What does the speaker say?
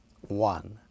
one